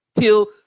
till